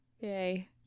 Yay